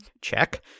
Check